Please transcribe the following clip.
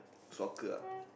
soccer ah